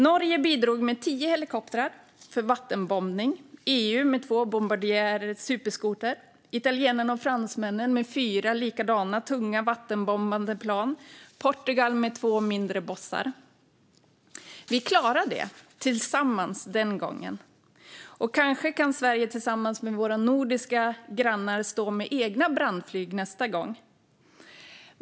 Norge bidrog med tio helikoptrar för vattenbombning, EU med två Bombardier Superscooper, italienarna och fransmännen med fyra likadana tunga vattenbombande plan och Portugal med två mindre plan av typen Fire Boss. Vi klarade det tillsammans den gången. Och kanske kan vi i Sverige tillsammans med våra nordiska grannar stå med egna brandflyg nästa gång.